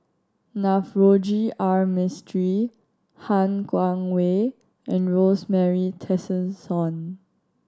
Navroji R Mistri Han Guangwei and Rosemary Tessensohn